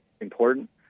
important